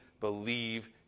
Believe